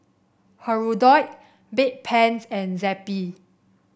Hirudoid Bedpans and Zappy